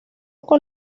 con